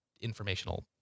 informational